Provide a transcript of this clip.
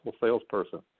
salesperson